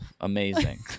amazing